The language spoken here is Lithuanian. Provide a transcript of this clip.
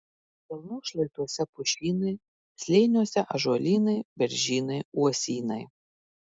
kalnų šlaituose pušynai slėniuose ąžuolynai beržynai uosynai